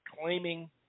claiming